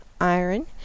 iron